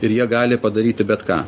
ir jie gali padaryti bet ką